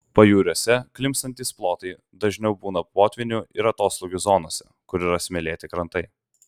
pajūriuose klimpstantys plotai dažniau būna potvynių ir atoslūgių zonose kur yra smėlėti krantai